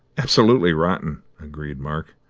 absolutely rotten, agreed mark.